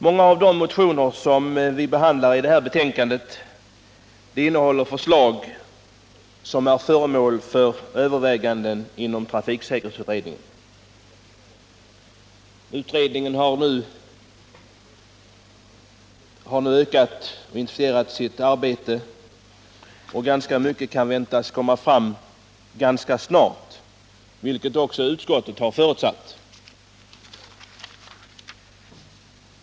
Många av de motioner vi behandlar i detta betänkande innehåller förslag som är föremål för överväganden inom trafiksäkerhetsutredningen. Utredningen har nu ökat och intensifierat sitt arbete, och ganska mycket kan väntas komma fram snart, vilket också utskottet har förutsatt.